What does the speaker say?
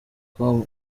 com